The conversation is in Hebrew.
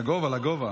למה עלית?